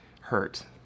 hurt